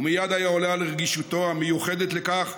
הוא מייד היה עולה על רגישותו המיוחדת לכך,